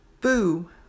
boo